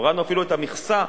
הורדנו אפילו את המכסה,